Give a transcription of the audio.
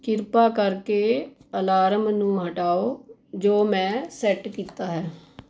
ਕਿਰਪਾ ਕਰਕੇ ਅਲਾਰਮ ਨੂੰ ਹਟਾਓ ਜੋ ਮੈਂ ਸੈੱਟ ਕੀਤਾ ਹੈ